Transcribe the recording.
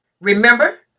Remember